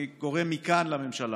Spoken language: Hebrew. אני קורא מכאן לממשלה: